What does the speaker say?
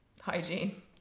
Hygiene